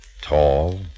Tall